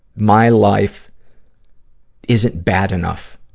my life isn't bad enough